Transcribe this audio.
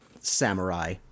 samurai